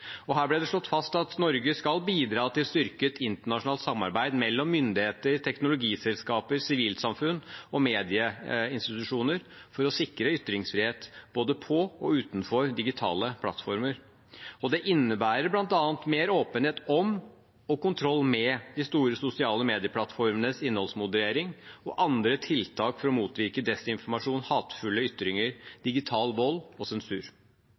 Her ble det slått fast at Norge skal bidra til styrket internasjonalt samarbeid mellom myndigheter, teknologiselskaper, sivilsamfunn og medieinstitusjoner for å sikre ytringsfrihet både på og utenfor digitale plattformer. Det innebærer bl.a. mer åpenhet om og kontroll med de store sosiale medieplattformenes innholdsmoderering og andre tiltak for å motvirke desinformasjon, hatefulle ytringer, digital vold og sensur.